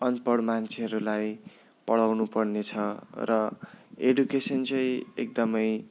अनपढ मान्छेहरूलाई पढाउनु पर्नेछ र एडुकेसन चाहिँ एकदमै